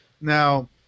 Now